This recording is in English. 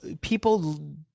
people